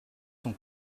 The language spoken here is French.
ton